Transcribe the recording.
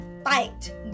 fight